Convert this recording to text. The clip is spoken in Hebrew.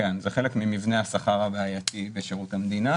כן, זה חלק ממבנה השכר הבעייתי בשירות המדינה.